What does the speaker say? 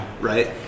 right